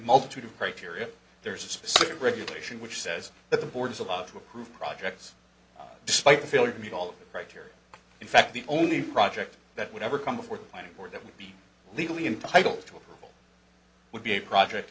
multitude of criteria there's a specific regulation which says that the board is allowed to approve projects despite the failure to meet all criteria in fact the only project that would ever come before planning or that would be legally entitled to it would be a project